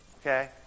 okay